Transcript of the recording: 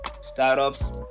startups